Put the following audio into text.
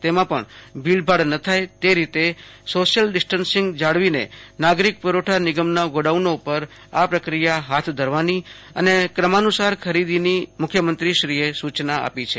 તેમાં પણ ભીડભાડ ન થાય તે રીતે સોશિયલ ડિસ્ટન્સિંગ જાળવીને નાગરિક પુરવઠા નિગમના ગોડાઉનનો પર આ પ્રક્રિયા હાથ ધરવાની અને ક્રમાનુસાર ખરીદીની મુખ્યમંત્રીએ સૂચના આપી છે